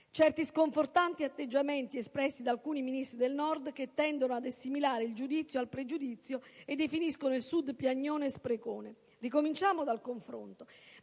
certi sconfortanti atteggiamenti espressi da alcuni Ministri del Nord che tendono ad assimilare il giudizio al pregiudizio e definiscono il Sud «piagnone e sprecone». Ricominciamo dal confronto,